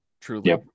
truly